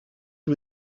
que